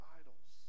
idols